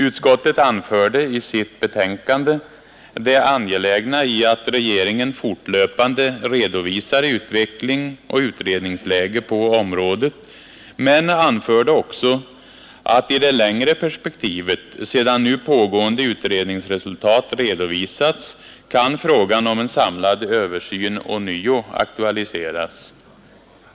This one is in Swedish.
Utskottet anförde i sitt betänkande det angelägna i att regeringen fortlöpande redovisar utveckling och utredningsläge på området men anförde också att i det längre perspektivet, sedan nu pågående utredningsresultat redovisats, kan frågan om en samlad översyn ånyo aktualiseras.